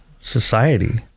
society